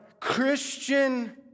Christian